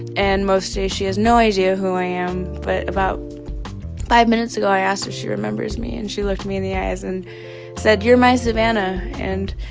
and most days, she has no idea who i am. but about five minutes ago, i asked if she remembers me. and she looked me in the eyes and said, you're my savannah. and